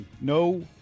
no